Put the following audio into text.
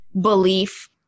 belief